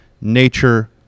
nature